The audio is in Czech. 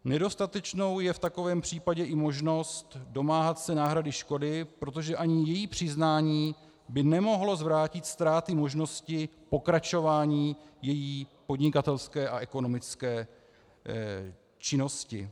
Nedostatečnou je v takovém případě i možnost domáhat se náhrady škody, protože ani její přiznání by nemohlo zvrátit ztrátu možnosti pokračování její podnikatelské a ekonomické činnosti.